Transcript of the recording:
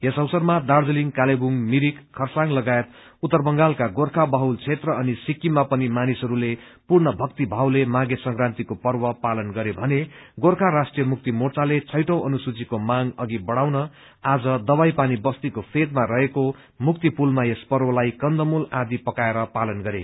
यस अवसरमा दार्जीलिङ कालेबुङ मिरिक खरसाङ लगायत उत्तर बंगालका गोर्खा बहुल क्षेत्र अनि सिक्किममा पनि मानिसहरूले पूर्ण भक्तिभावले माघे संकान्तिको पर्व पालन गरे भने गोर्खा राष्ट्रिय मुक्ति मोर्चाले छैटौं अनुसूचीको मांग अघि बढाउन आज दवाईपानी बस्तीको फेदमा रहेको मुक्ति पुलमा यस पर्वलाई कन्दमूल आदि पकाएर पालन गरे